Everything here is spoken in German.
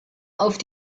auf